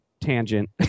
tangent